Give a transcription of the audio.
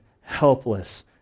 helpless